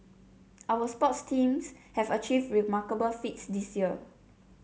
our sports teams have achieved remarkable feats this year